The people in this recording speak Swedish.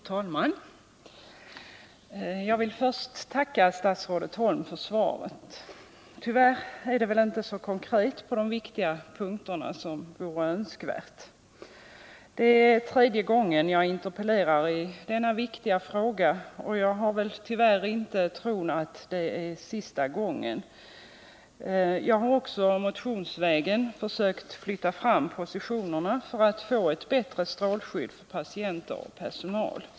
Fru talman! Jag vill först tacka statsrådet Holm för svaret. På de viktiga punkterna är svaret tyvärr inte så konkret som vore önskvärt. Det är tredje gången jag interpellerar i denna angelägna fråga, och jag vågar dess värre inte tro att det är sista gången. Jag har också motionsvägen försökt flytta fram positionerna för att få ett bättre strålskydd för patienter och personal.